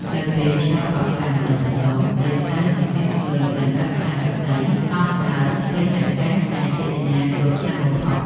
នៅពេលខ្យល់បក់ខ្លាំងម្តងៗយើងតែងសង្កេតឃើញសន្លឹកស័ង្កសីហោះហើរពេញអាកាសដែលជាសញ្ញាគ្រោះថ្នាក់បំផុត។